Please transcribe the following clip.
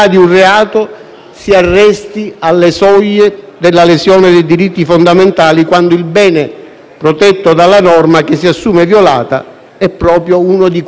protetto dalla norma che si assume violata è proprio uno di quei diritti come la libertà personale. Non si può giustificare